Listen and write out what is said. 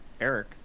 Eric